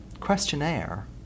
questionnaire